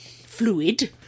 Fluid